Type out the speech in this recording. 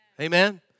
Amen